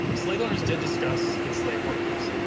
um slave owners did discuss enslaved workers.